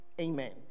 Amen